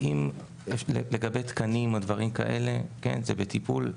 לגבי תקנים זה בטיפול.